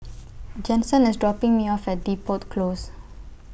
Jensen IS dropping Me off At Depot Close